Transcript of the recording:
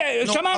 שמענו.